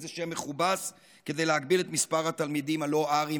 איזה שם מכובס כדי להגביל את מספר התלמידים הלא-ארים,